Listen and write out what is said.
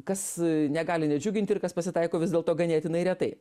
kas negali nedžiuginti ir kas pasitaiko vis dėlto ganėtinai retai